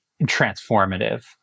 transformative